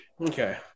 Okay